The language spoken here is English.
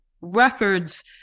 Records